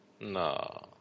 No